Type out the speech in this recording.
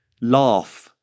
laugh